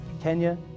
Kenya